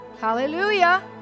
hallelujah